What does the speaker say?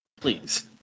please